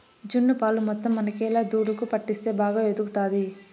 జున్ను పాలు మొత్తం మనకేలా దూడకు పట్టిస్తే బాగా ఎదుగుతాది